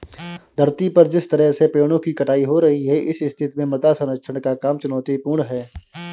धरती पर जिस तरह से पेड़ों की कटाई हो रही है इस स्थिति में मृदा संरक्षण का काम चुनौतीपूर्ण है